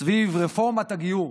סביב רפורמת הגיור.